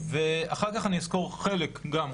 ואחר כך אני אסקור חלק גם,